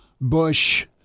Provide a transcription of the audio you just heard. Bush